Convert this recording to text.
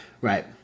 Right